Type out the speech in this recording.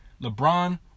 lebron